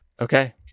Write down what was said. Okay